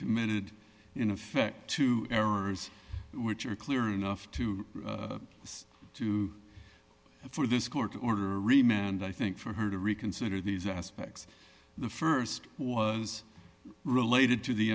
committed in effect two errors which are clear enough to us to for this court order remain and i think for her to reconsider these aspects the st was related to the